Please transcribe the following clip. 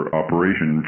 operation